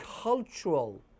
cultural